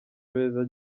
beza